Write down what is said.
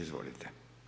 Izvolite.